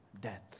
death